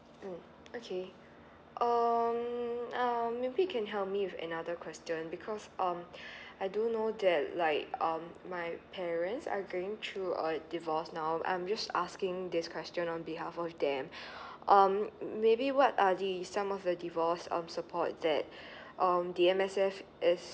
um okay um mm maybe you can help me with another question because um I do know that like um my parents are going through a divorce now I'm just asking this question on behalf of them um maybe what are the some of the divorce um support that um the M_S_F is